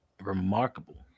Remarkable